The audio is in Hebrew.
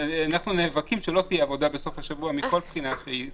אנחנו נאבקים שלא תהיה עבודה בסוף השבוע מכל בחינה שהיא.